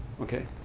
okay